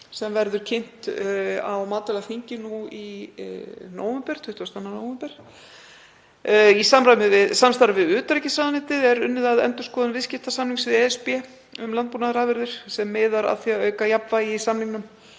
sem verður kynnt á matvælaþingi 22. nóvember. Í samstarfi við utanríkisráðuneytið er unnið að endurskoðun viðskiptasamnings við ESB um landbúnaðarafurðir sem miðar að því að auka jafnvægi í samningnum